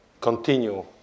continue